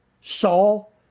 Saul